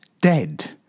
dead